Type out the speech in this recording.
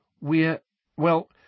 We're—well